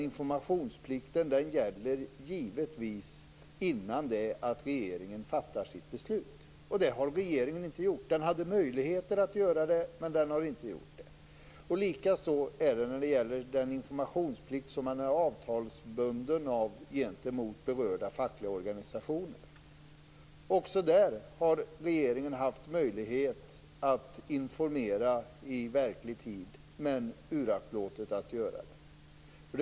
Informationsplikten gäller givetvis tiden innan regeringen fattar sitt beslut. Men det har regeringen inte beaktat. Den hade möjligheter att lämna information, men så har inte skett. Likaså gäller den informationsplikt som man är avtalsbunden av gentemot berörda fackliga organisationer. Också där har regeringen haft möjlighet att informera i rimlig tid, men man har uraktlåtit att göra det.